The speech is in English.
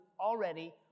already